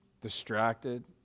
distracted